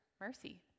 mercy